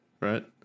right